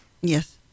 Yes